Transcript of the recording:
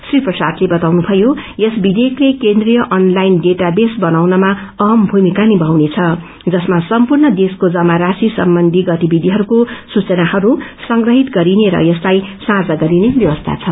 श्री प्रसादले बताउनुभयो यस विषेयकले केन्द्रीय अनलाइन डेटा बेस बनाउनमा अहम भूमिका निमाउनेछ जसमा सम्पूध देशको जमा राशि सम्बन्ची गतिविधिहयको सूचाहरू सग्रहित गरिने र यसलाई साझा गरिने व्यवस्था छ